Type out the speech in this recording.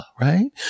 Right